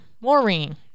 Maureen